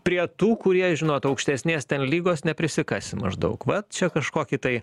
prie tų kurie žinot aukštesnės ten lygos neprisikasi maždaug vat čia kažkokį tai